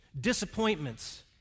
disappointments